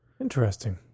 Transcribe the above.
Interesting